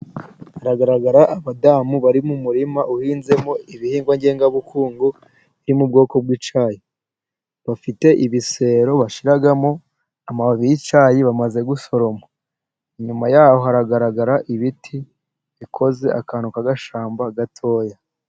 Hagaragara abadamu bari mu murima uhinzemo ibihingwa ngengabukungu, biri mu bwoko bw'icyayi. Bafite ibisero bashiramo amababi'cyayi bamaze gusoroma. Inyuma yaho haragaragara ibiti bikoze akantu k'agashamba gatoya.